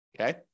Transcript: okay